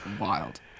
wild